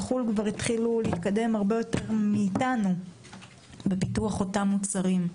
בחו"ל התחילו להתקדם הרבה יותר מאיתנו בפיתוח המוצרים.